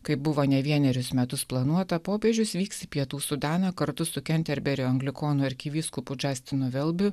kaip buvo ne vienerius metus planuota popiežius vyks į pietų sudaną kartu su kenterberio anglikonų arkivyskupu džastinu velbiu